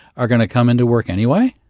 are going to come into work anyway?